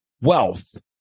wealth